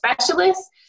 specialists